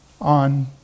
on